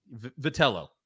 Vitello